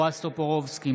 בועז טופורובסקי,